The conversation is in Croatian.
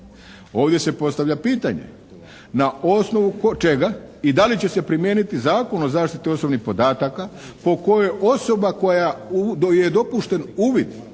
Ovdje se postavlja pitanje, na osnovu čega i da li će se primijeniti Zakon o zaštiti osobnih podataka po kojoj osoba kojoj je dopušten uvid